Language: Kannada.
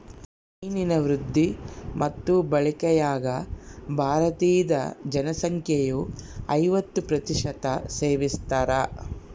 ಮೀನಿನ ವೃದ್ಧಿ ಮತ್ತು ಬಳಕೆಯಾಗ ಭಾರತೀದ ಜನಸಂಖ್ಯೆಯು ಐವತ್ತು ಪ್ರತಿಶತ ಸೇವಿಸ್ತಾರ